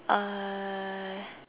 uh